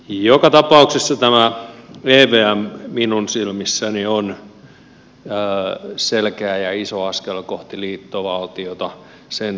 joka tapauksessa evm on minun silmissäni selkeä ja iso askel kohti liittovaltiota sen